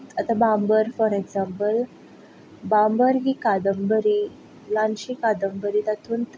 आतां बांबर for example बांबर ही कादंबरी ल्हानशी कादंबरी तातूंत